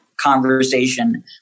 conversation